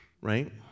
right